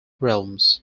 realms